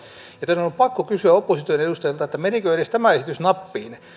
joten on on pakko kysyä opposition edustajilta menikö edes tämä esitys nappiin